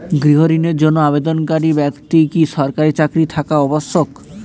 গৃহ ঋণের জন্য আবেদনকারী ব্যক্তি কি সরকারি চাকরি থাকা আবশ্যক?